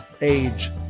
Age